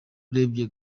urebye